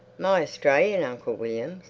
my australian uncle william?